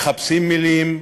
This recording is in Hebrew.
מחפשים מילים,